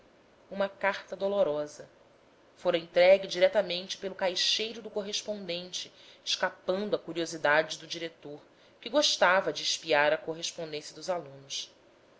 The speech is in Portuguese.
uma carta dolorosa fora entregue diretamente pelo caixeiro do correspondente escapando à curiosidade do diretor que gostava de espiar a correspondência dos alunos